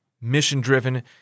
mission-driven